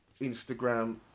Instagram